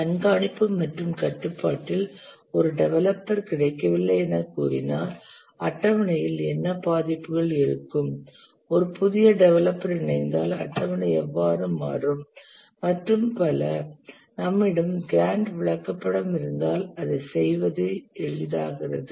கண்காணிப்பு மற்றும் கட்டுப்பாட்டில் ஒரு டெவலப்பர் கிடைக்கவில்லை எனக் கூறினால் அட்டவணையில் என்ன பாதிப்புகள் இருக்கும் ஒரு புதிய டெவலப்பர் இணைந்தால் அட்டவணை எவ்வாறு மாறும் மற்றும் பல நம்மிடம் GANTT விளக்கப்படம் இருந்தால் அதைச் செய்வது எளிதாகிறது